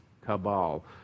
cabal